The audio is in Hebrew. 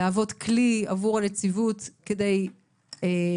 להוות כלי עבור הנציבות כדי לתקף